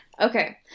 Okay